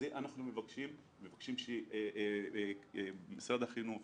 את זה אנחנו מבקשים ממשרד החינוך.